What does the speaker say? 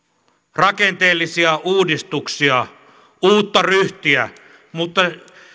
rakenteellisia uudistuksia uutta ryhtiä mutta